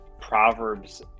Proverbs